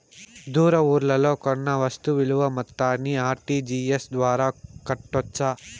దూర ఊర్లలో కొన్న వస్తు విలువ మొత్తాన్ని ఆర్.టి.జి.ఎస్ ద్వారా కట్టొచ్చా?